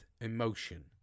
emotion